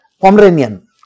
Pomeranian